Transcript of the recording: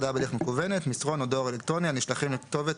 'הודעה בדרך מקוונת" מסרון או דואר אלקטרוני הנשלחים לכתובת